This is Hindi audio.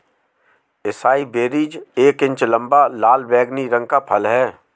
एसाई बेरीज एक इंच लंबा, लाल बैंगनी रंग का फल है